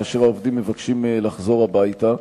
כאשר העובדים מבקשים לחזור הביתה,